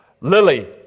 Lily